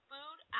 Food